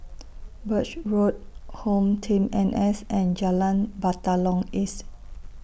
Birch Road HomeTeam N S and Jalan Batalong East